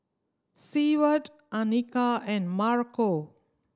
Seward Anika and Marco